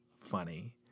funny